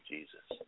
Jesus